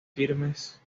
firmes